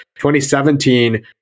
2017